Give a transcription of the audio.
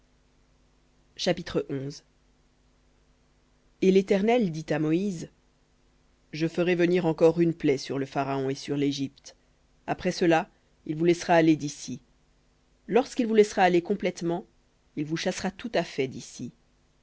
chapitre et l'éternel dit à moïse je ferai venir encore une plaie sur le pharaon et sur l'égypte après cela il vous laissera aller d'ici lorsqu'il vous laissera aller complètement il vous chassera tout à fait d'ici